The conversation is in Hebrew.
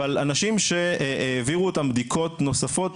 אבל אנשים שהעבירו אותם בדיקות נוספות